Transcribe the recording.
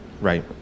right